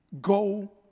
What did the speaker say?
Go